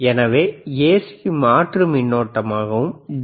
எனவே ஏசி மாற்று மின்னோட்டமாகவும் டி